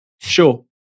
Sure